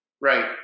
Right